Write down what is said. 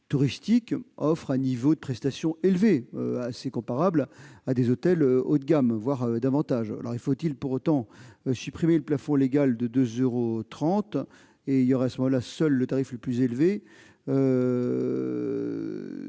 touristiques offrent un niveau de prestations élevé, assez comparable à des hôtels haut de gamme, voire davantage. Faut-il pour autant supprimer le plafond légal de 2,30 euros ? Demeurerait alors seul le tarif le plus élevé.